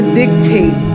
dictate